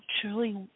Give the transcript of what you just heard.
truly